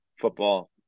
football